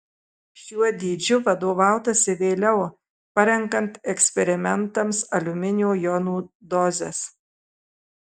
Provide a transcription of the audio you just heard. šiuo dydžiu vadovautasi vėliau parenkant eksperimentams aliuminio jonų dozes